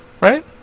right